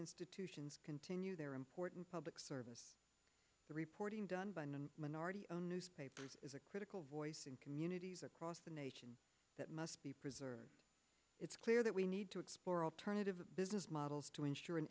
institutions continue their important public service the reporting done by no minority owned newspaper is a critical voice in communities across the nation that must be preserved it's clear that we need to explore alternative business models to ensure an